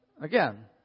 again